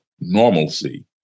normalcy